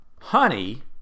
honey